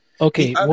Okay